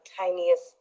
tiniest